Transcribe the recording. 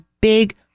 big